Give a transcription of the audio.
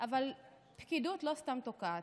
אבל פקידות לא סתם תוקעת,